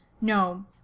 No